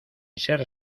ser